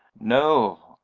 no.